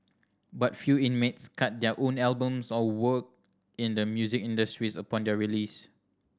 but few inmates cut their own albums or work in the music industries upon their release